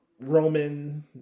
Roman